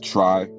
Try